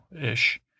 ish